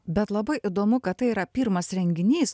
bet labai įdomu kad tai yra pirmas renginys